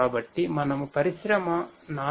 కాబట్టి మనము పరిశ్రమ 4